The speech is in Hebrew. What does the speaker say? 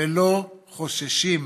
ולא חוששים